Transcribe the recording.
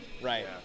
Right